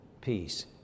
peace